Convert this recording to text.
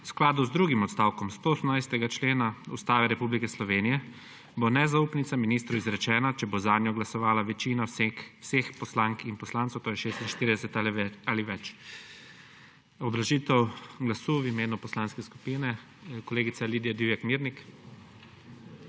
skladu z drugim odstavkom 118. člena Ustave Republike Slovenije bo nezaupnica ministru izrečena, če bo zanjo glasovala večina vseh poslank in poslancev, to je 46 ali več. Obrazložitev glasu v imenu poslanske skupine kolegica Lidija Divjak Mirnik.